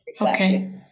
Okay